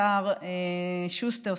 השר שוסטר,